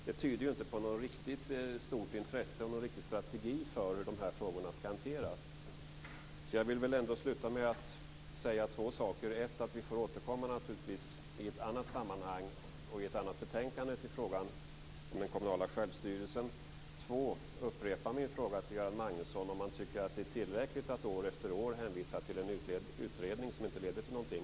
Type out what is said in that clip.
Det tyder inte på något riktigt stort intresse och någon riktig strategi för hur de här frågorna skall hanteras. Jag vill sluta med att säga två saker. Det första är att vi naturligtvis får återkomma i ett annat sammanhang och i ett annat betänkande till frågan om den kommunala självstyrelsen. För det andra vill jag upprepa min fråga till Göran Magnusson om han tycker att det är tillräckligt att år efter år hänvisa till en utredning som inte leder till någonting.